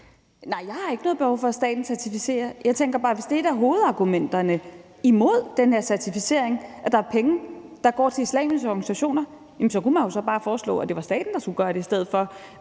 Nej, jeg har ikke noget behov for, at staten certificerer det. Jeg tænker bare, at hvis et af hovedargumenterne imod den her certificering er, at der er penge, der går til islamiske organisationer, så kunne man jo bare foreslå, at det var staten, der skulle gøre det i stedet for.